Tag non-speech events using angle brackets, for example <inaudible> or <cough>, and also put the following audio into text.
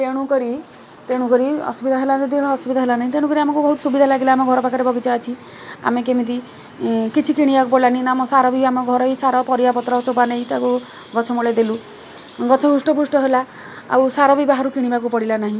ତେଣୁ କରି ତେଣୁ କରି ଅସୁବିଧା ହେଲା <unintelligible> ଅସୁବିଧା ହେଲା ନାହିଁ ତେଣୁକରି ଆମକୁ ବହୁତ ସୁବିଧା ଲାଗିଲା ଆମ ଘର ପାଖରେ ବଗିଚା ଅଛି ଆମେ କେମିତି କିଛି କିଣିବାକୁ ପଡ଼ିଲାନି ନା ଆମ ସାର ବି ଆମ ଘରୋଇ ସାର ପରିବାପତ୍ର ଚୋପା ନେଇ ତାକୁ ଗଛମୂଳେ ଦେଲୁ ଗଛ ହୃଷ୍ଟପୁଷ୍ଟ ହେଲା ଆଉ ସାର ବି ବାହାରୁ କିଣିବାକୁ ପଡ଼ିଲା ନାହିଁ